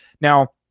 Now